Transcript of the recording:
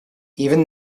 even